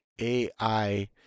AI